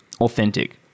Authentic